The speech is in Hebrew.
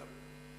התש"ע 2010,